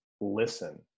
listen